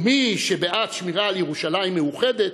ומי שבעד שמירה על ירושלים מאוחדת,